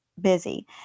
busy